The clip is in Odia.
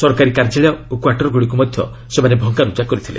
ସରକାରୀ କାର୍ଯ୍ୟାଳୟ ଓ କ୍ୱାଟରଗୁଡ଼ିକୁ ମଧ୍ୟ ସେମାନେ ଭଙ୍ଗାରୁଜା କରିଥିଲେ